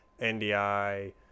NDI